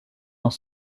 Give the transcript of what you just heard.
dans